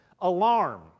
Alarm